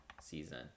season